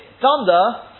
thunder